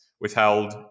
withheld